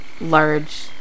large